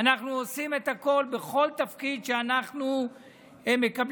אנחנו עושים את הכול בכל תפקיד שאנחנו מקבלים,